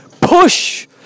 Push